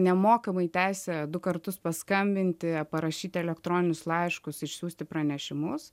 nemokamai teisė du kartus paskambinti parašyti elektroninius laiškus išsiųsti pranešimus